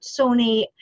Sony